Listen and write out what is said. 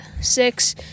six